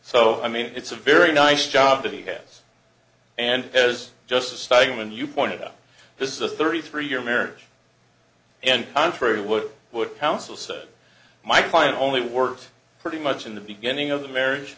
so i mean it's a very nice job that he has and is just starting when you pointed out this is a thirty three year marriage and contrary to what would counsel so my client only worked pretty much in the beginning of the marriage